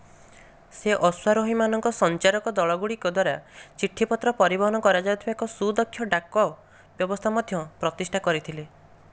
ସେ ଅଶ୍ୱାରୋହୀମାନଙ୍କ ସଞ୍ଚାରକ ଦଳଗୁଡ଼ିକ ଦ୍ୱାରା ଚିଠିପତ୍ର ପରିବହନ କରାଯାଉଥିବା ଏକ ସୁଦକ୍ଷ ଡାକ ବ୍ୟବସ୍ଥା ମଧ୍ୟ ପ୍ରତିଷ୍ଠା କରିଥିଲେ